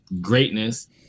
greatness